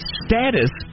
status